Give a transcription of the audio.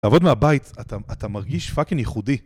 לעבוד מהבית אתה מרגיש פאקינג ייחודי